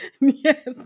Yes